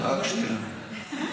רק שנייה.